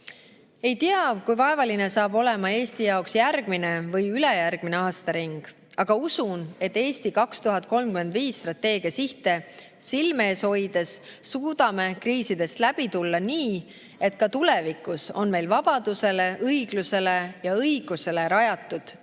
ei tea, kui vaevaline saab olema Eesti jaoks järgmine või ülejärgmine aastaring, aga usun, et strateegia "Eesti 2035" sihte silme ees hoides suudame kriisidest läbi tulla nii, et ka tulevikus on meil vabadusele, õiglusele ja õigusele rajatud demokraatlik